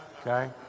okay